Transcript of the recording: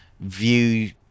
view